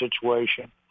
situation